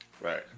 Right